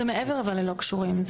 זה מעבר ללא קשורים.